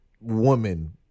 woman